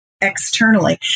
externally